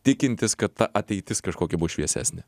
tikintis kad ta ateitis kažkokia bus šviesesnė